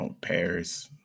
Paris